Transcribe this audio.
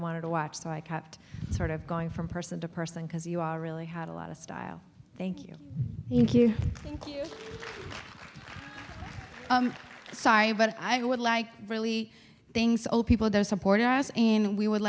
wanted to watch so i kept sort of going from person to person because you all really had a lot of style thank you thank you thank you but i would like really things so people that support us and we would